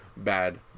Bad